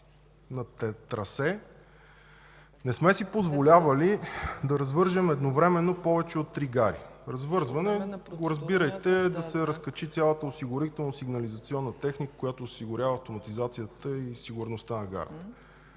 на трасе, не сме си позволявали да развържем едновременно повече от три гари – развързване го разбирайте да се разкачи цялата осигурително-сигнализационна техника, която осигурява автоматизацията и сигурността на гарата.